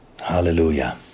Hallelujah